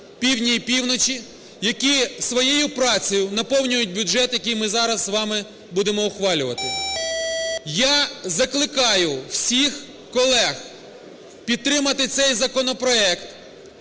півдні і півночі, які своєю працею наповнюють бюджет, який ми зараз з вами будемо ухвалювати. Я закликаю всіх колег підтримати цей законопроект